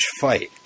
fight